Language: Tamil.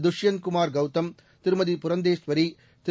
துஷ்யந்த் குமார் கௌதம் திருமதி புரந்தேஸ்வரி திரு